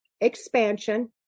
expansion